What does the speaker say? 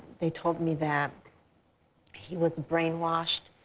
they told me that he was brainwashed,